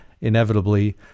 inevitably